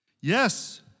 Yes